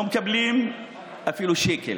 לא מקבלים אפילו שקל,